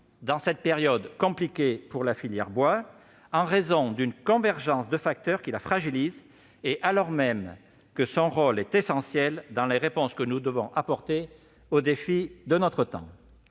en effet compliquée pour la filière bois, en raison d'une convergence de facteurs qui la fragilise, alors même que son rôle est essentiel dans les réponses que nous devons apporter aux défis de notre temps.